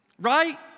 right